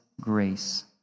grace